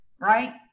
Right